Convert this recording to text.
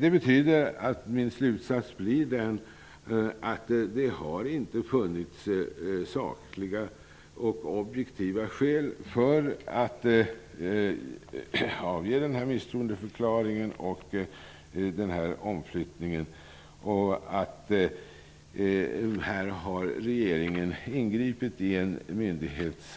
Det betyder att min slutsats blir att det inte har funnits sakliga och objektiva skäl för att avge denna misstroendeförklaring och genomföra denna omflyttning. Här har regeringen ingripit i en myndighets